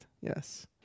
yes